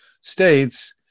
states